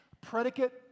Predicate